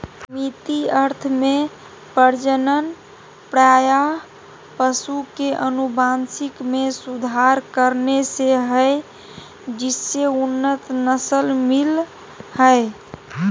सीमित अर्थ में प्रजनन प्रायः पशु के अनुवांशिक मे सुधार करने से हई जिससे उन्नत नस्ल मिल हई